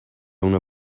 una